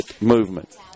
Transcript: Movement